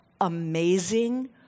amazing